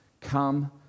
Come